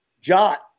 Jot